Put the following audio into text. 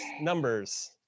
numbers